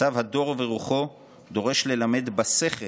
מצב הדור ורוחו דורש ללמד בשכל